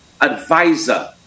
advisor